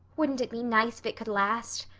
wouldn't it be nice if it could last?